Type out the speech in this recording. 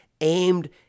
aimed